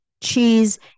cheese